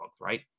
right